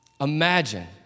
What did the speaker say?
Imagine